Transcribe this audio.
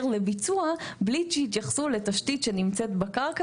לביצוע מבלי שהתייחסו לתשתית שנמצאת בקרקע,